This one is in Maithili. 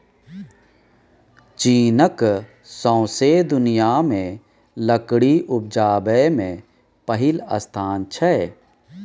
चीनक सौंसे दुनियाँ मे लकड़ी उपजाबै मे पहिल स्थान छै